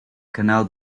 canal